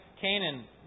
Canaan